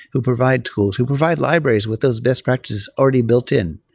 who provide tools, who provide libraries with those best practices already built in.